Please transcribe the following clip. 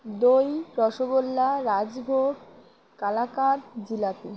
দই রসগোল্লা রাজভোগ কালাকাঁদ জিলাপি